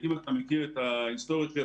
אם אתה מכיר את ההיסטוריה שלי,